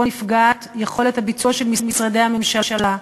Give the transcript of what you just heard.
נפגעת יכולת הביצוע של משרדי הממשלה,